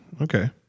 Okay